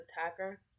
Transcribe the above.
attacker